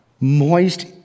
moist